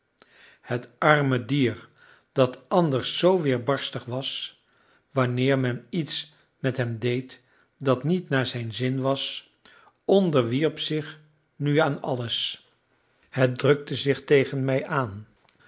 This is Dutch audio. het arme dier dat anders zoo weerbarstig was wanneer men iets met hem deed dat niet naar zijn zin was onderwierp zich nu aan alles het drukte zich tegen mij aan